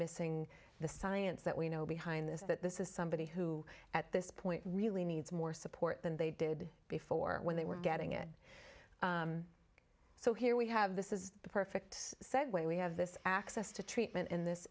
missing the science that we know behind this that this is somebody who at this point really needs more support than they did before when they were getting it so here we have this is the perfect segue we have this access to treatment in this